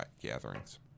gatherings